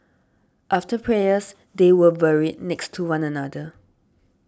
after prayers they were buried next to one another